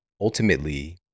ultimately